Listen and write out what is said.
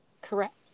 correct